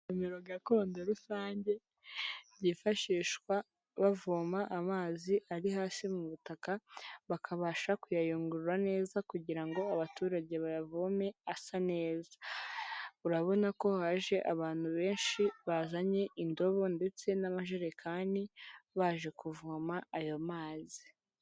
Ivomero gakondo rusange byifashishwa bavoma amazi ari hasi mu butaka bakabasha kuyayungurura neza kugira ngo abaturage bayavome asa neza, urabona ko haje abantu benshi bazanye indobo ndetse n'abajerekani baje kuvoma ayo mazi.